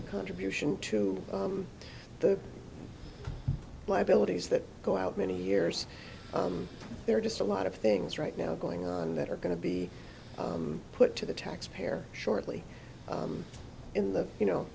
the contribution to the liabilities that go out many years there are just a lot of things right now going on that are going to be put to the taxpayer shortly in the you know